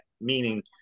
meaning